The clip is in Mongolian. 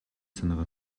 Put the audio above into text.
санаагаа